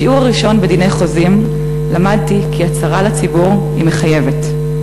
בשיעור הראשון בדיני חוזים למדתי כי הצהרה לציבור היא מחייבת.